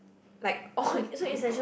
like on